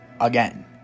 Again